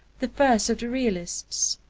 the first of the realists.